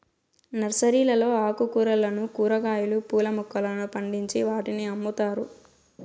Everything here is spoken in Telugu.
నర్సరీలలో ఆకుకూరలను, కూరగాయలు, పూల మొక్కలను పండించి వాటిని అమ్ముతారు